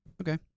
Okay